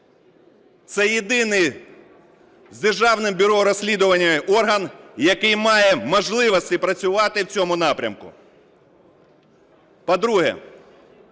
це єдиний з Державним бюро розслідувань орган, який має можливості працювати в цьому напрямку.